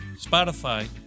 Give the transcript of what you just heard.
Spotify